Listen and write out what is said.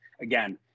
again